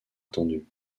attendus